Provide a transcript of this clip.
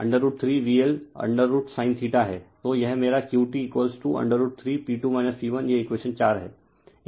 तो यह मेरा q t √3 P2 P1 यह इक्वेशन 4 है